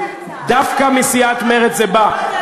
דווקא מסיעת מרצ זה בא.